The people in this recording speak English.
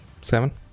Seven